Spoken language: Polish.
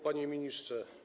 Panie Ministrze!